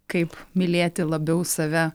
kaip mylėti labiau save